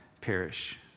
perish